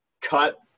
cut